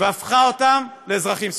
בגלל שהם תומכים ב-BDS,